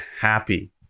happy